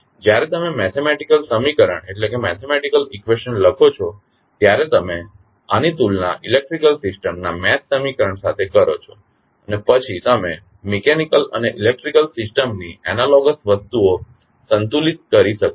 તેથી જ્યારે તમે મેથેમેટીકલ સમીકરણ લખો છો ત્યારે તમે આની તુલના ઇલેક્ટ્રિકલ સિસ્ટમના મેશ સમીકરણ સાથે કરો છો અને પછી તમે મિકેનીકલ અને ઇલેક્ટ્રીકલ સિસ્ટમની એનાલોગસ વસ્તુઓ સંતુલીત કરી શકો છો